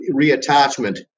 reattachment